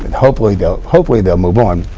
hopefully they'll hopefully they'll move on,